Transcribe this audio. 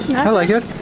i like it,